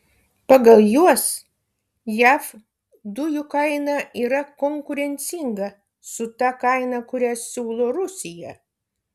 pagal juos jav dujų kaina yra konkurencinga su ta kaina kurią siūlo rusija